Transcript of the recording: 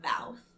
mouth